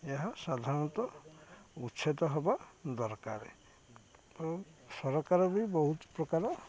ଏହା ସାଧାରଣତଃ ଉଚ୍ଛେଦ ହେବା ଦରକାର ଏବଂ ସରକାର ବି ବହୁତ ପ୍ରକାର